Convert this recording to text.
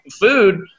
food